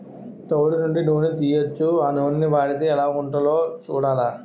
తవుడు నుండి నూనని తీయొచ్చు ఆ నూనని వాడితే ఎలాగుంటదో సూడాల